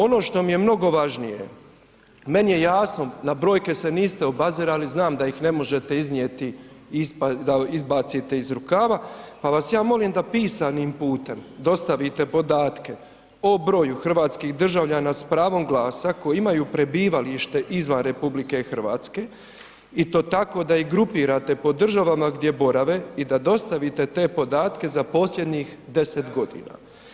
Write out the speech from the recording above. Ono što mi je mnogo važnije, meni je jasno, na brojke se niste obazirali, znam da ih ne možete iznijeti da izbacite iz rukava pa vas ja molim da pisanim putem dostavite podatke o broju hrvatskih državljana s pravom glasa koji imaju prebivalište izvan RH i to tako da ih grupirate po državama gdje borave i da dostavite te podatke za posljednjih 10 godina.